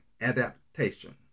adaptation